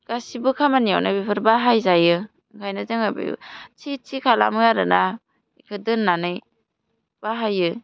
गासिबो खामानियावलाय बेफोर बाहायजायो ओंखायनो जोङो बेबो थि थि खालामो आरो ना बेखौ दोननानै बाहायो